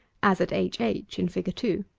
as at h h in fig. two.